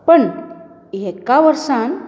पण एका वर्सांत